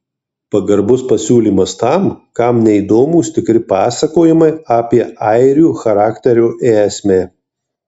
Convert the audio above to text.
pagarbus pasiūlymas tam kam neįdomūs tikri pasakojimai apie airių charakterio esmę